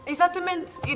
Exatamente